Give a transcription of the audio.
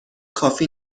کافی